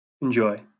Enjoy